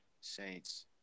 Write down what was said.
Saints